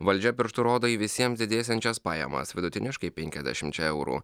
valdžia pirštu rodo į visiems didėsiančias pajamas vidutiniškai penkiasdešimčia eurų